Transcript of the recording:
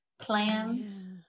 plans